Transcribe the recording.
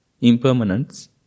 impermanence